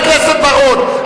חבר הכנסת בר-און,